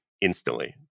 instantly